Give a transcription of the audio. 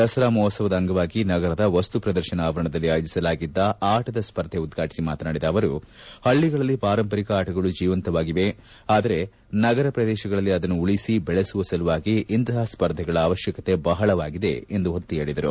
ದಸರಾ ಮಹೋತ್ಸವದ ಅಂಗವಾಗಿ ನಗರದ ವಸ್ತು ಪ್ರದರ್ಶನ ಆವರಣದಲ್ಲಿ ಆಯೋಜಿಸಲಾಗಿದ್ದ ಆಟದ ಸ್ಪರ್ಧೆ ಉದ್ಘಾಟಿಸಿ ಮಾತನಾಡಿದ ಅವರು ಪಳ್ಳಿಗಳಲ್ಲಿ ಪಾರಂಪರಿಕ ಆಟಗಳು ಜೀವಂತವಾಗಿವೆ ಆದರೆ ನಗರ ಪ್ರದೇಶಗಳಲ್ಲಿ ಆದನ್ನು ಉಳಿಸಿ ಬೆಳೆಸುವ ಸಲುವಾಗಿ ಇಂತಹ ಸ್ಪರ್ಧೆಗಳ ಅವಶ್ಯಕತೆ ಬಹಳವಾಗಿದೆ ಎಂದು ಒತ್ತಿ ಹೇಳಿದರು